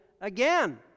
again